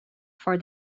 for